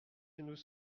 nous